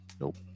Nope